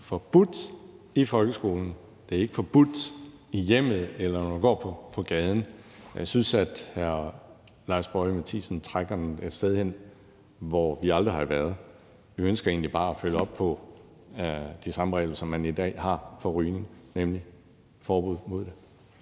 forbudt i folkeskolen, det er ikke forbudt i hjemmet, eller når man går på gaden, og jeg synes hr. Lars Boje Mathiesen trækker det et sted hen, hvor vi aldrig har været. Vi ønsker egentlig bare at følge de samme regler, som man i dag har for rygning, nemlig et forbud mod det,